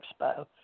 expo